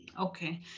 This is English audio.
Okay